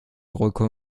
rotkohl